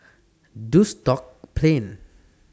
Duxton Plain